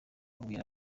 abwira